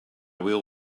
wheel